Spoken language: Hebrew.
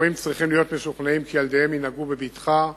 הורים צריכים להיות משוכנעים כי ילדיהם ינהגו בבטחה,